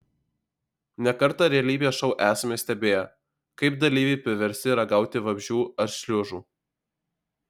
ne kartą realybės šou esame stebėję kaip dalyviai priversti ragauti vabzdžių ar šliužų